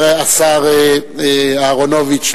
השר אהרונוביץ,